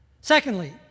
Secondly